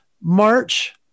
March